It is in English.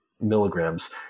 milligrams